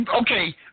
Okay